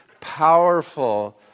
powerful